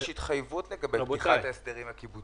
יש התחייבות לגבי פתיחת ההסדרים הקיבוציים,